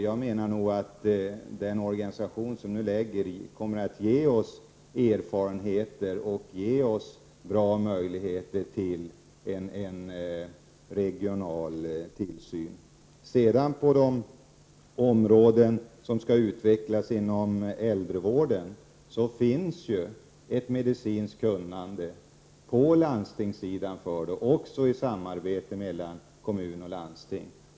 Jag menar att den organisation som vi nu föreslår kommer att ge oss erfarenheter och goda möjligheter till en 9 regional tillsyn. När det gäller de områden som skall utvecklas inom äldrevården, finns det ju en medicinsk kunskap i det avseendet på landstingssidan och även i samarbete mellan kommuner och landsting.